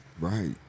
Right